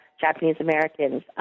Japanese-Americans